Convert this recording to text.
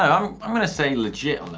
ah um i'm gonna say legit on that